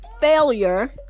failure